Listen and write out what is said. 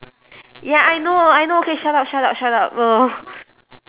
ya I know I know okay shut up shut up shut up oh